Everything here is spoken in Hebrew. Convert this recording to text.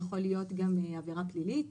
זה יכול גם להיות עבירה פלילית.